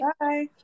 Bye